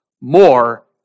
More